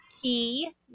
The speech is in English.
Key